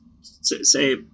say